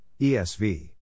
esv